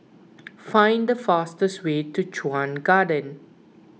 find the fastest way to Chuan Garden